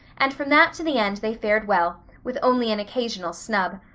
and from that to the end they fared well, with only an occasional snub.